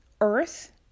earth